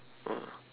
ah